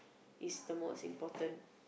is the most important